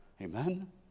Amen